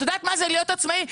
את יודעת מה זה להיות עצמאי?